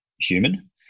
human